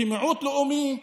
כמיעוט לאומי,